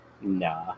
nah